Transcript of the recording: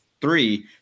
three